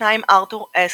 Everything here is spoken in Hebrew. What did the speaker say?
התחתנה עם ארתור ס.